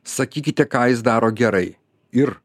sakykite ką jis daro gerai ir